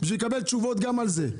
בשביל לקבל תשובות גם על זה.